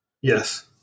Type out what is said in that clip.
Yes